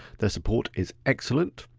their support is excellent.